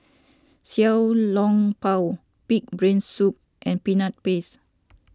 Xiao Long Bao Pig Brain Soup and Peanut Paste